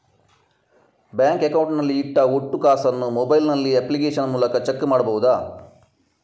Bank account ನಲ್ಲಿ ಇಟ್ಟ ಒಟ್ಟು ಕಾಸನ್ನು ಮೊಬೈಲ್ ನಲ್ಲಿ ಅಪ್ಲಿಕೇಶನ್ ಮೂಲಕ ಚೆಕ್ ಮಾಡಬಹುದಾ?